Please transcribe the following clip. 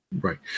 Right